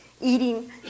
eating